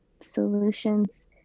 solutions